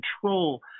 control